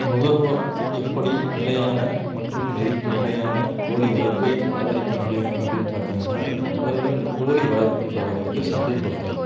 நுகர்வோர் எப்படி நிலையான மற்றும் நெறிமுறையான கோழி வளர்ப்பை ஆதரிக்க முடியும் அப்படின்னு பார்த்தீங்கன்னா முதல்ல இந்தக் கோழி வளர்ப்புன்றதை வந்துவிட்டு சந்தைப்படுத்தணும்